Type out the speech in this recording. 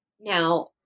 now